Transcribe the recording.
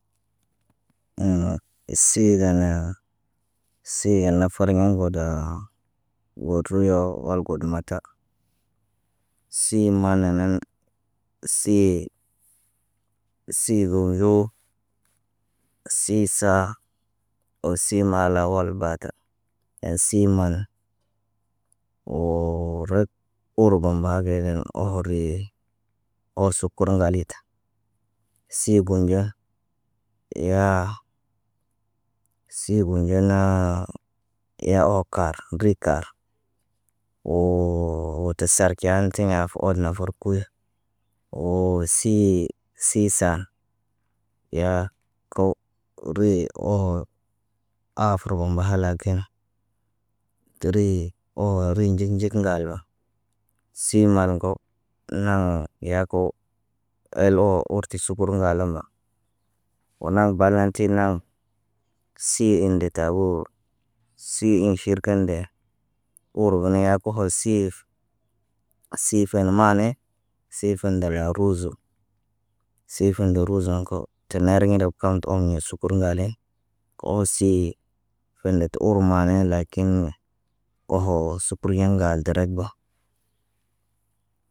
Omo siiga maa, sii yana farlaŋga daa. Got riyo ŋgal got mata. Sii malna ma sii, sii golŋgoo, Sii saa, aw sii ŋgaala wal baata, al sii man. Woo rot uru goŋg mahabadini oho rii, aw sukoro ŋgali ta. Sii gonɟaa, yaa sii gonɟa ŋgaa ya orkar rikar. Woo ti sarkiya aŋg ti ma fə orna furkuy. Woo sii, sii san ya kow rii oho aafərba mbahal lakin tə rii, oho rii nɟiknɟik ŋgal. Sii muwal kow, naŋgaa yako. Al ro urti sukər ŋgala maa. Wo naŋg balaŋgti naŋg, sii on de taboo. Sii oŋg ʃirka ŋge oho gəna yaakə ho siif siifi an maane, siifi ndala ruuzu. Fiifi ndə ruzu kow, tə naryiŋg law kan, oŋg ɲa sukur ŋgalen, tə oosi. Fəŋg ŋgete uru maan na laakin, oho sukuriɲaŋg ŋgal dorog ba.